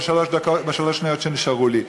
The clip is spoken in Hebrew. בשלוש השניות שנשארו לי.